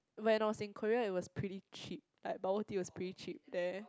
when I was in Korea it was pretty cheap like bubble tea is pretty cheap there